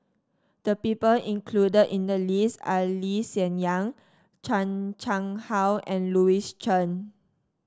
the people included in the list are Lee Hsien Yang Chan Chang How and Louis Chen